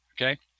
okay